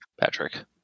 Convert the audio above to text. Patrick